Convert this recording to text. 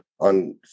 on